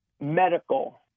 medical